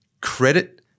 credit